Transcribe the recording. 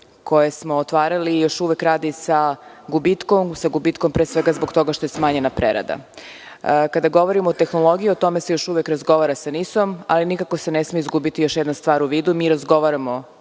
koje smo otvarali još uvek radi sa gubitkom, pre svega zbog toga što je smanjena prerada. Kada govorimo o tehnologiji, o tome se još uvek razgovara sa NIS-om, ali nikako se ne sme izgubiti još jedna stvar u vidu, a to je da mi razgovaramo